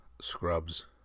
Scrubs